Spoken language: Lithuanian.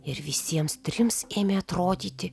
ir visiems trims ėmė atrodyti